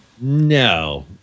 No